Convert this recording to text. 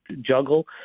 juggle